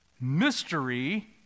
mystery